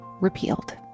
repealed